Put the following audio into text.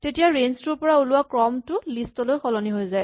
তেতিয়া ৰেঞ্জ টোৰ পৰা ওলোৱা ক্ৰমটো লিষ্ট লৈ সলনি হৈ যায়